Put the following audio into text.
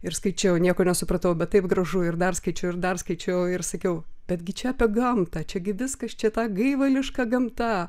ir skaičiau nieko nesupratau bet taip gražu ir dar skaičiau ir dar skaičiau ir sakiau betgi čia apie gamtą čia gi viskas čia ta gaivališka gamta